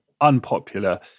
unpopular